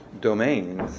domains